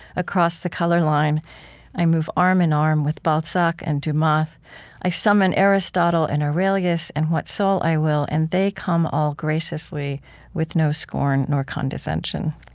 across the color line i move arm in arm with balzac and dumas, i summon aristotle and aurelius and what soul i will, and they come all graciously with no scorn nor condescension.